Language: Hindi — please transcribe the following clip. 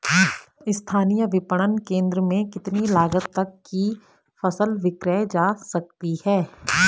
स्थानीय विपणन केंद्र में कितनी लागत तक कि फसल विक्रय जा सकती है?